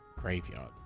graveyard